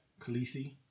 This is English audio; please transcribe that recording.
Khaleesi